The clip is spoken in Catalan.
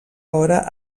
hora